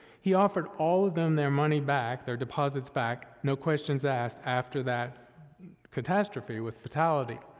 he offered all of them their money back, their deposits back, no questions asked after that catastrophe with fatality,